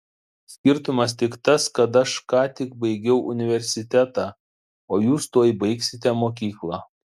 skirtumas tik tas kad aš ką tik baigiau universitetą o jūs tuoj baigsite mokyklą